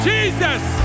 Jesus